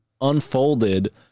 unfolded